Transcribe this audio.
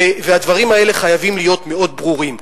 והדברים האלה חייבים להיות מאוד ברורים.